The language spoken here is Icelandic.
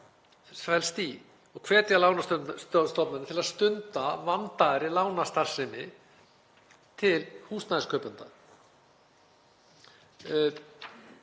í sér og hvetja lánastofnanir til að stunda vandaðri lánastarfsemi til húsnæðiskaupenda.